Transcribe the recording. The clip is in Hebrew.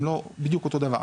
הם לא בדיוק אותו דבר.